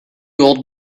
old